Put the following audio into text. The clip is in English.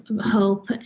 hope